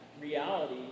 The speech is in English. reality